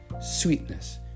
sweetness